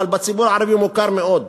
אבל בציבור הערבי הוא מוכר מאוד,